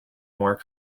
more